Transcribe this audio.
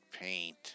paint